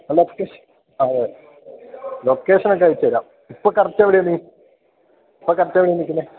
അതെ ലൊക്കേഷനൊക്കെ അയച്ചുതരാം ഇപ്പോള് കറക്റ്റ് എവിടെയാണ് നീ ഇപ്പോള് കറക്റ്റെവിടെയാണ് നില്ക്കുന്നത്